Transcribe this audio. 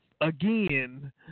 Again